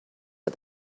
but